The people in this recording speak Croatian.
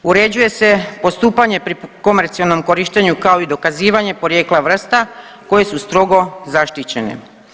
Uređuje se postupanje pri komercijalnom korištenju kao i dokazivanje porijekla vrsta koje su strogo zaštićene.